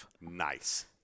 Nice